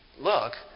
look